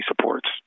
supports